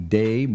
day